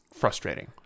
frustrating